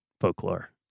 folklore